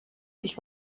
sich